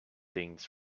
things